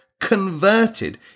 converted